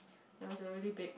that was a really big